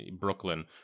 Brooklyn